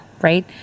right